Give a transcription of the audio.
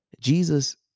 Jesus